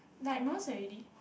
diagnose already